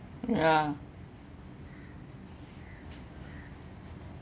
ya